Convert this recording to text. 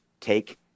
take